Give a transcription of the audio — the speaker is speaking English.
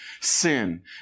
sin